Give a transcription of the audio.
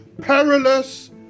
perilous